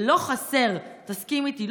תסכים איתי,